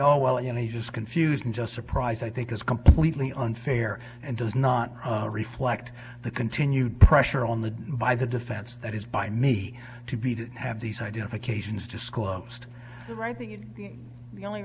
oh well you know he's just confused and just surprised i think is completely unfair and does not reflect the continued pressure on the by the defense that is by me to be to have these identifications disclosed the right thing and the only